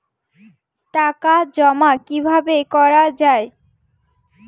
টাকা জমা কিভাবে করা য়ায়?